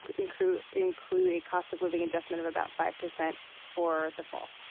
ah include include a cost of living adjustment of about five percent for the fall.